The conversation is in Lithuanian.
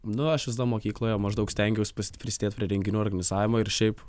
nu aš visada mokykloje maždaug stengiaus pas prisidėt prie renginių organizavimo ir šiaip